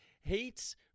hates